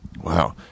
Wow